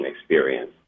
experience